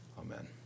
Amen